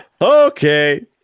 Okay